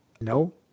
No